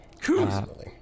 Cool